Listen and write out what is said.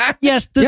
yes